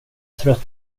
trött